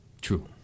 true